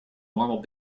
normal